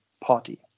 party